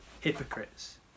hypocrites